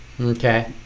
Okay